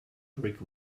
brick